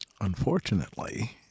Unfortunately